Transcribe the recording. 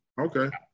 Okay